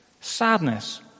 sadness